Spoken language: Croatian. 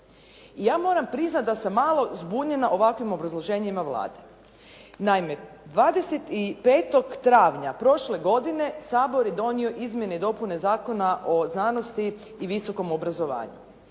Ja moram priznat da sam malo zbunjena ovakvim obrazloženjima Vlade. Naime, 25. travnja prošle godine Sabor je donio Izmjene i dopune Zakona o znanosti i visokom obrazovanju.